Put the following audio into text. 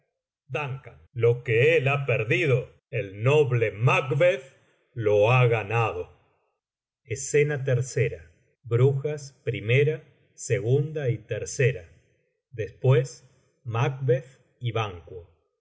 dun lo que él ha perdido el noble macbeth lo ha ganado macbeth escena iii brujas l y después macbeth y banquo